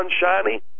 sunshiny